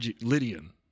Lydian